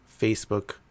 Facebook